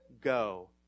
go